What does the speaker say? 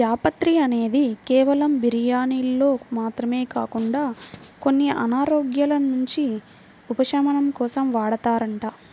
జాపత్రి అనేది కేవలం బిర్యానీల్లో మాత్రమే కాకుండా కొన్ని అనారోగ్యాల నుంచి ఉపశమనం కోసం వాడతారంట